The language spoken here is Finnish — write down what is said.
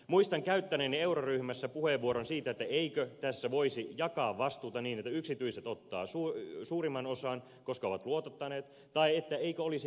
muistan käyttäneeni euroryhmässä puheenvuoron siitä että eikö tässä voisi jakaa vastuuta niin että yksityiset ottavat suurimman osan koska ovat luotottaneet tai että eikö olisi mahdollisuus saada reaalivakuuksia